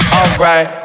Alright